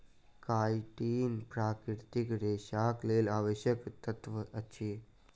chitin प्राकृतिक रेशाक लेल आवश्यक तत्व अछि